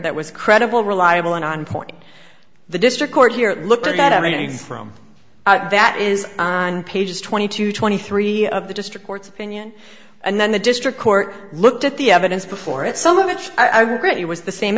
that was credible reliable and on point the district court here looked at everything from that is on page twenty to twenty three of the district court's opinion and then the district court looked at the evidence before it some of which i regret it was the same